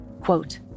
quote